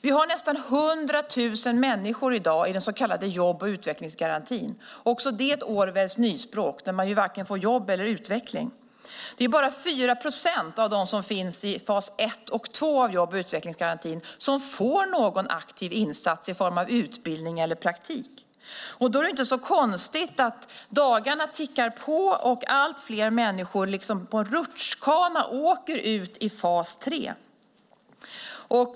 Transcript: Vi har i dag nästan 100 000 människor i den så kallade jobb och utvecklingsgarantin, också det ett Orwellskt nyspråk, eftersom man får varken jobb eller utveckling. Det är bara 4 procent av dem som finns i fas 1 och 2 av jobb och utvecklingsgarantin som får någon aktiv insats i form av utbildning eller praktik. Då är det inte så konstigt att dagarna tickar på och allt fler människor åker ut i fas 3 liksom på en rutschbana.